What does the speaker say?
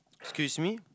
excuse me